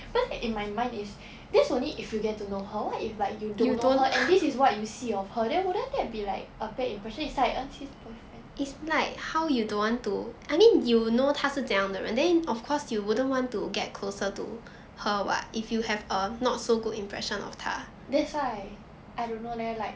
at first in my mind is that's only if you get to know her what if like you don't know her and this is what you see of her then wouldn't that be like a bad impression it's like boyfriend that's why I don't know leh like